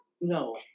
No